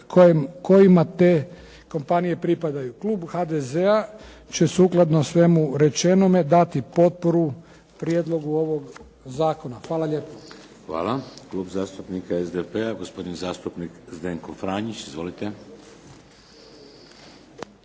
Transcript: kojima te kompanije pripadaju. Klub HDZ-a će sukladno svemu rečenome dati potporu prijedlogu ovog zakona. Hvala lijepo. **Šeks, Vladimir (HDZ)** Hvala. Klub zastupnika SDP-a gospodin zastupnik Zdenko Franić. Izvolite.